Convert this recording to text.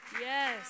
Yes